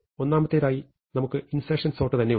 ഒന്നാമത്തേതായി നമുക്ക് insertion sort തന്നെ ഉണ്ട്